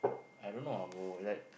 I don't know ah bro like